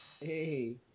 Hey